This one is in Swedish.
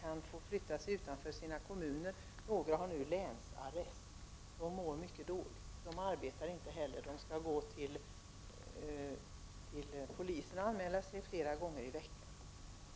kan förflytta sig utanför sin kommun — några av dem har nu länsarrest — mår mycket dåligt. De arbetar inte, och de måste anmäla sig hos polisen flera gånger i veckan.